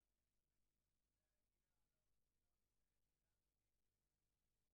פה אנחנו מדברים על מחלה של ילד, של בן